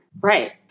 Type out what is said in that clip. Right